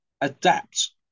adapt